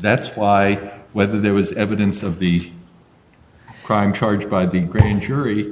that's why whether there was evidence of the crime charged by big green jury